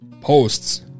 posts